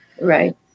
Right